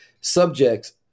subjects